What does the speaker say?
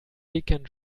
dicken